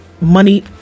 money